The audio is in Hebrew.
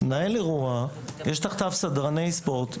מתחת מנהל אירוע יש סדרני ספורט.